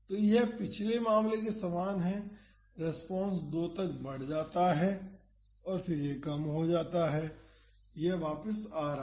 तो यह पिछले मामले के समान है रेस्पॉन्स 2 तक बढ़ जाता है फिर यह कम हो जाता है यह वापस आ रहा है